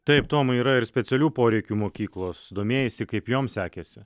taip tomai yra ir specialių poreikių mokyklos domėjaisi kaip joms sekėsi